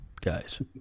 guys